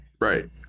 right